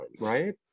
Right